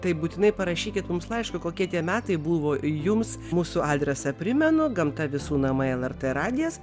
tai būtinai parašykit mums laišką kokie tie metai buvo jums mūsų adresą primenu gamta visų namai lrt radijas